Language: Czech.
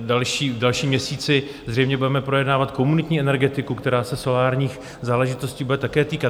V dalším měsíci zřejmě budeme projednávat komunitní energetiku, která se solárních záležitostí bude také týkat.